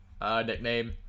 nickname